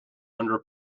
under